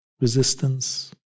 resistance